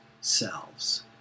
selves